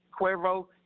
Cuervo